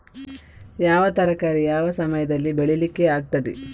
ಯಾವ ತರಕಾರಿ ಯಾವ ಸಮಯದಲ್ಲಿ ಬೆಳಿಲಿಕ್ಕೆ ಆಗ್ತದೆ?